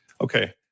Okay